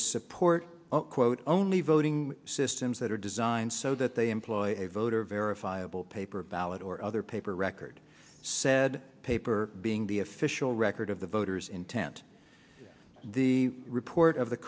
support quote only voting systems that are designed so that they employ a voter verifiable paper ballot or other paper record said paper being the official record of the voter's intent the report of the